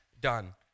done